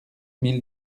mille